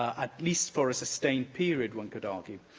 at least for a sustained period, one could argue.